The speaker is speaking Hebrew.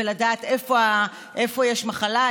ולדעת איפה יש מחלה,